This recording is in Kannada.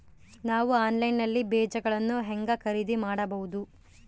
ನಾವು ಆನ್ಲೈನ್ ನಲ್ಲಿ ಬೇಜಗಳನ್ನು ಹೆಂಗ ಖರೇದಿ ಮಾಡಬಹುದು?